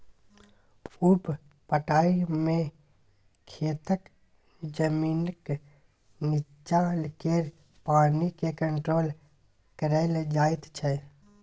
उप पटाइ मे खेतक जमीनक नीच्चाँ केर पानि केँ कंट्रोल कएल जाइत छै